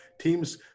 teams